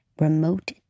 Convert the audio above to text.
remote